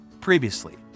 previously